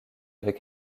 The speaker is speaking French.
avec